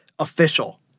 Official